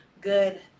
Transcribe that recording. good